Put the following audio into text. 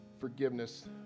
forgiveness